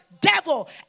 devil